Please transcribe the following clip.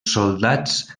soldats